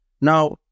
Now